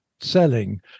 selling